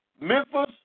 Memphis